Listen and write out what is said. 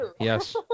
Yes